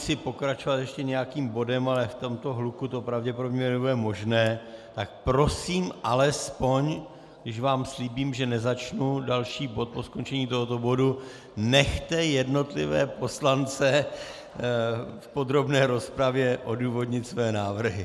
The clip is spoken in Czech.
Měl jsem ambici pokračovat ještě nějakým bodem, ale v tomto hluku to pravděpodobně nebude možné, tak prosím alespoň, když vám slíbím, že nezačnu další bod po skončení tohoto bodu, nechte jednotlivé poslance v podrobné rozpravě odůvodnit své návrhy.